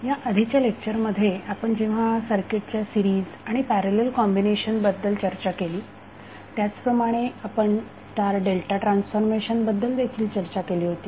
या आधीच्या लेक्चरमध्ये आपण जेव्हा सर्किटच्या सिरीज आणि पॅरलल कॉम्बिनेशन बद्दल चर्चा केली त्याचप्रमाणे आपण स्टार डेल्टा ट्रान्सफॉर्मेशन बद्दल देखील चर्चा केली होती